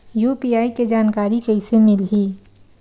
UPI के जानकारी कइसे मिलही?